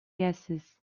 gases